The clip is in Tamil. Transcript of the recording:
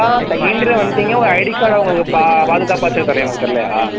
ஆ செகெண்ட் இயர் வந்துவிட்டீங்க ஒரு ஐடி கார்டை உங்களுக்கு பா பாதுகாப்பாக வச்சுக்கறத்துக்கு தெரில உங்களுக்கு தெரிலையா